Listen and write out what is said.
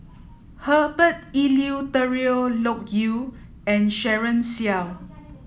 Herbert Eleuterio Loke Yew and Daren Shiau